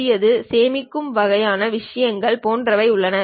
புதியது சேமிக்கும் வகையான விஷயங்கள் போன்றவை உள்ளன